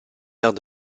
maire